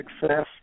success